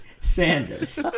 Sanders